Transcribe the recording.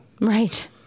Right